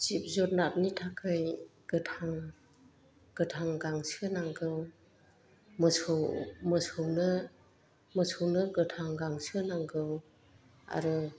जिब जुनादनि थाखै गोथां गोथां गांसो नांगौ मोसौ मोसौनो मोसौनो गोथां गांसो नांगौ आरो